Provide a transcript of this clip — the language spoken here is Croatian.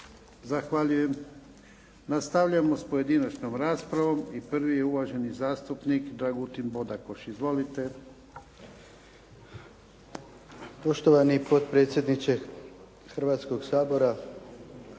Zahvaljujem. Nastavljamo sa pojedinačnom raspravom. Prvi je uvaženi zastupnik Dragutin Bodakoš. Izvolite. **Bodakoš, Dragutin (SDP)** Poštovani potpredsjedniče Hrvatskoga sabora,